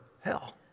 hell